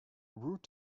route